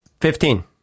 fifteen